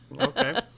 Okay